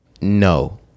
No